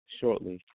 shortly